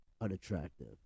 unattractive